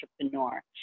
entrepreneur